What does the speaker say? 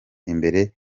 imbere